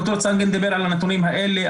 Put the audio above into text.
ד"ר צנגן דיבר על הנתונים האלה,